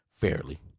fairly